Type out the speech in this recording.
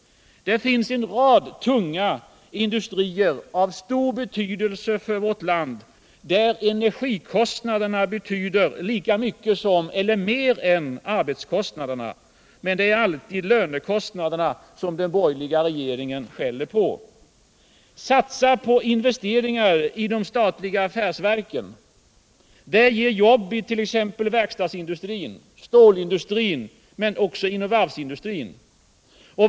Det finns en rad tunga industrier av stor betydelse för vårt land där energikostnaderna betyder lika mycket som eller mera än arbetskostnaderna. Men det är alltid lönekostnaderna den borgerliga regeringen skäller på. Satsa på investeringar i de statliga affärsverken! Det ger jobb, t.ex. inom verkstadsindustrin, stålindustrin men också inom varvsindustrin.